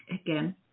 again